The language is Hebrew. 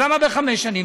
אז למה בחמש שנים?